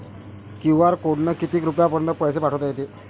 QR कोडनं किती रुपयापर्यंत पैसे पाठोता येते?